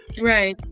Right